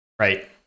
Right